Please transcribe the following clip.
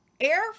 Air